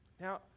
Now